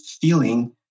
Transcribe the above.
feeling